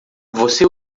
você